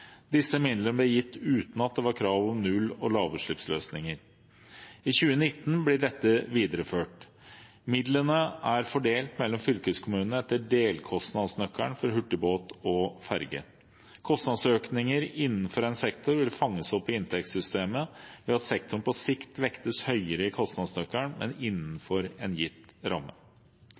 Disse midlene ble gitt uten at det var krav om null- og lavutslippsløsninger. I 2019 blir dette videreført. Midlene er fordelt mellom fylkeskommunene etter delkostnadsnøkkelen for hurtigbåt og ferge. Kostnadsøkninger innenfor en sektor vil fanges opp i inntektssystemet ved at sektoren på sikt vektes høyere i kostnadsnøkkelen, men innenfor en gitt ramme.